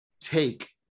take